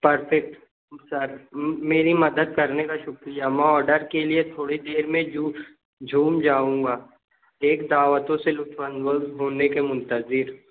perfect sir میری مدد کرنے کا شُکریہ میں آڈر کے لیے تھوڑی دیر میں جو جھوم جاؤں گا ایک دعوتوں سے لُطف اندوز ہونے کے منتظر